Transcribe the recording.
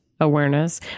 awareness